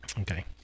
Okay